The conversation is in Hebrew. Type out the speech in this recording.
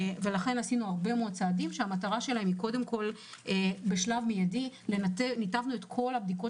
לכן עשינו הרבה מאוד צעדים שהמטרה שלהם בשלב המיידי לנתב את כל הבדיקות